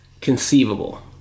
conceivable